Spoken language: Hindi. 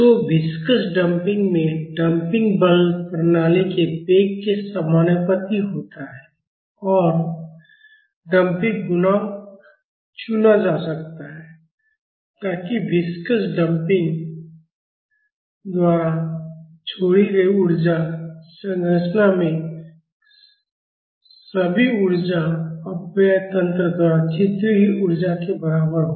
तो विस्कस डंपिंग में डंपिंग बल प्रणाली के वेग के समानुपाती होता है और डंपिंग गुणांक चुना जा सकता है ताकि विस्कस डंपिंर द्वारा छोड़ी गई ऊर्जा संरचना में सभी ऊर्जा अपव्यय तंत्र द्वारा छितरी हुई ऊर्जा के बराबर हो